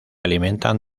alimentan